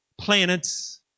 planets